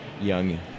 young